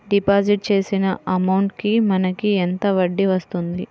Deposit చేసిన amount కి మనకి ఎంత వడ్డీ వస్తుంది?